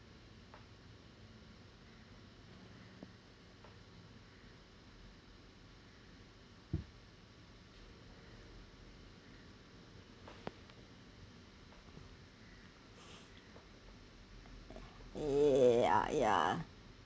ya ya